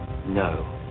No